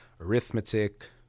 arithmetic